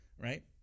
right